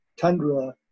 tundra